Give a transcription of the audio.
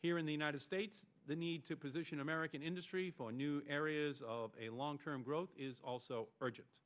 here in the united states the need to position american industry for new areas of a long term growth is also urgent